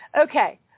Okay